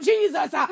Jesus